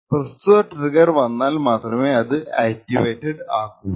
പ്രസ്തുത ട്രിഗർ വന്നാൽ മാത്രെമേ അത് ആക്ടിവേറ്റഡ് ആകൂ